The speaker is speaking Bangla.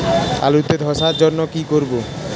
আলুতে ধসার জন্য কি করব?